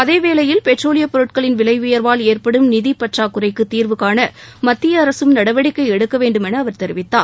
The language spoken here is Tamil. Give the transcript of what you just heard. அதேவேளையில் பெட்ரோலியப் பொருட்களின் விலை உயா்வால் ஏற்படும் நிதிப் பற்றாக்குறைக்கு தீா்வுகாண மத்திய அரசும் நடவடிக்கை எடுக்க வேண்டுமன அவர் தெரிவித்தார்